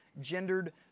gendered